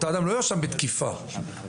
אותו אדם לא יואשם בתקיפה ובאלימות.